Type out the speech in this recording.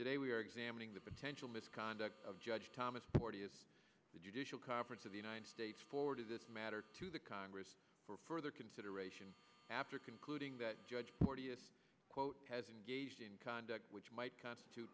today we are examining the potential misconduct of judge thomas porteous the judicial conference of united states forwarded this matter to the congress for further consideration after concluding that judge porteous quote has engaged in conduct which might constitute